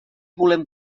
volem